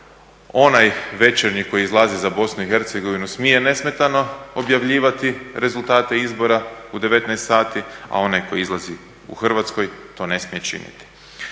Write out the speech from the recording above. onaj Večernji koji izlazi za Bosnu i Hercegovinu smije nesmetano objavljivati rezultate izbora u 19 sati, a onaj koji izlazi u Hrvatskoj to ne smije činiti.